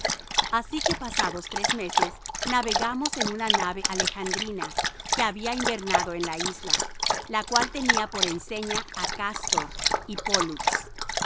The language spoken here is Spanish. así que pasados tres meses navegamos en una nave alejandrina que había invernado en la isla la cual tenía por enseña á cástor y pólux y